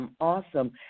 awesome